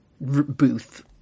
booth